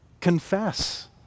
Confess